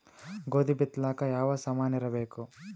ಗೋಧಿ ಬಿತ್ತಲಾಕ ಯಾವ ಸಾಮಾನಿರಬೇಕು?